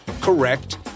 correct